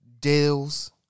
deals